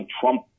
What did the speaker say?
Trump